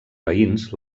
veïns